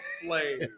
Flame